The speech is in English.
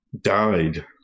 died